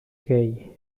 gay